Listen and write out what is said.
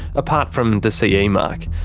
apart from the ce ah yeah mark.